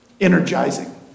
energizing